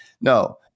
No